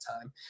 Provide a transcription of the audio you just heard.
time